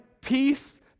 peace